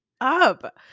up